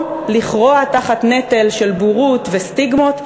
או לכרוע תחת נטל של בורות וסטיגמות,